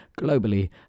globally